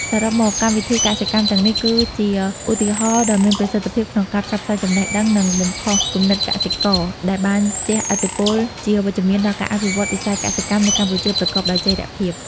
សរុបមក កម្មវិធីកសិកម្មទាំងនេះគឺជាឧបករណ៍ដ៏មានប្រសិទ្ធភាពក្នុងការផ្សព្វផ្សាយចំណេះដឹង និងបំផុសគំនិតកសិករ ដែលបានជះឥទ្ធិពលជាវិជ្ជមានដល់ការអភិវឌ្ឍវិស័យកសិកម្មនៅកម្ពុជាប្រកបដោយចីរភាព។